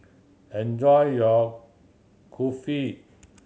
enjoy your Kulfi